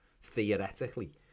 theoretically